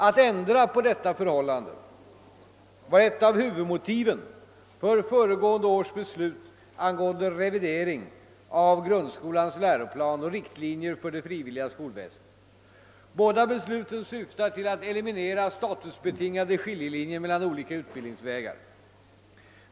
Att ändra på detta förhållande var ett av huvudmotiven för föregående års beslut angående revidering av grundskolans läroplan och riktlinjer för det frivilliga skolväsendet. Båda besluten syftar till att eliminera statusbetingade skiljelinjer mellan olika utbildningsvägar.